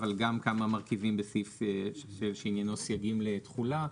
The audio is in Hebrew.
אבל גם כמה מרכיבים בסעיף שעניינו סייגים לתכולה.